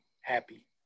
happy